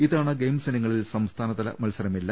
ഇത്തവണ ഗെയിംസ് ഇനങ്ങളിൽ സംസ്ഥാന മത്സരമില്ല